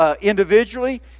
Individually